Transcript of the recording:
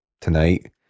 tonight